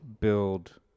build